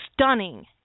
stunning